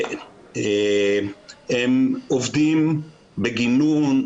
הם עובדים בגינון,